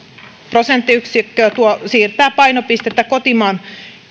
prosenttiyksikköä tuo siirtää painopistettä kotimaan